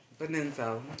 Beninzo